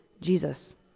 Jesus